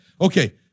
Okay